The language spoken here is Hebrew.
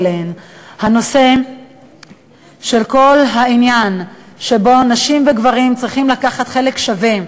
כל העניין שגברים ונשים צריכים לקחת חלק שווה,